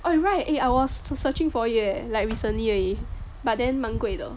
oh right eh I was searching for it eh like recently but then 蛮贵的